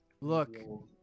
Look